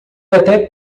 até